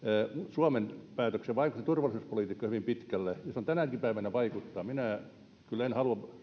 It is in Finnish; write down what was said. suomen päätökseen vaikutti turvallisuuspolitiikka hyvin pitkälle ja se tänäkin päivänä vaikuttaa minä en kyllä halua